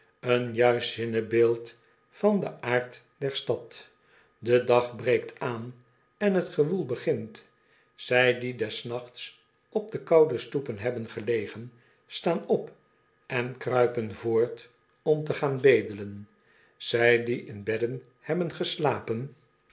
een juist zinnebeeld van den aard der stad de dag breekt aan en het gewoel begint zy die des nachts op de koude stoepen hebben gelegen staan op en kruipen voort omte gaan bedelen zy die in bedden hebben geslapen